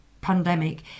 pandemic